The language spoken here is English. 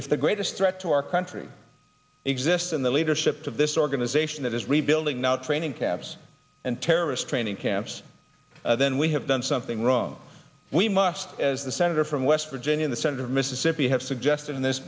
if the greatest threat to our country exists in the leadership of this organization that is rebuilding now training camps and terrorist training camps then we have done something wrong we must as the senator from west virginia the senator of mississippi have suggested in this